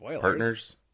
partners